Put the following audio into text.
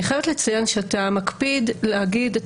אני חייבת לציין שאתה מקפיד להגיד את